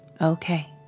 Okay